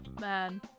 man